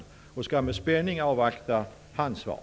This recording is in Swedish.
Jag avvaktar med spänning hans svar.